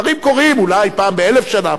דברים קורים אולי פעם באלף שנה,